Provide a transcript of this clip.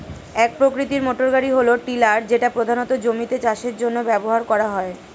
এক প্রকৃতির মোটরগাড়ি হল টিলার যেটা প্রধানত জমিতে চাষের জন্য ব্যবহার করা হয়